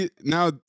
Now